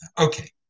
Okay